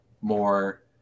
more